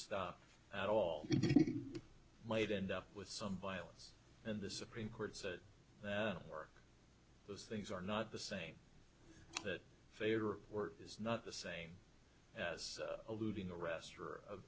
stop at all might end up with some violence and the supreme court said work those things are not the same that favorite word is not the same as alluding arrestor